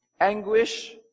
anguish